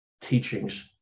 teachings